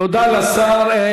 תודה לשר.